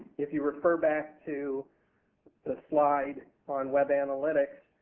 if you refer back to the slide on web analytics,